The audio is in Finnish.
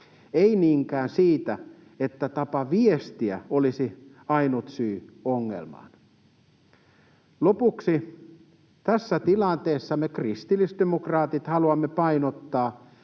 ei niinkään siitä, että tapa viestiä olisi ainut syy ongelmaan. Lopuksi: Tässä tilanteessa me kristillisdemokraatit haluamme painottaa,